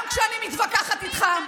גם כשאני מתווכחת איתך,